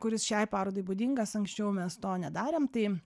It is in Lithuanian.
kuris šiai parodai būdingas anksčiau mes to nedarėm tai